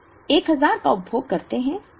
हम 1000 का उपभोग करते हैं